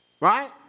Right